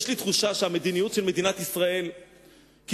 יש לי תחושה שהמדיניות של מדינת ישראל כמעט